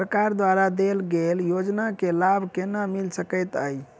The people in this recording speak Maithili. सरकार द्वारा देल गेल योजना केँ लाभ केना मिल सकेंत अई?